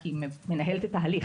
כי היא מנהלת את ההליך.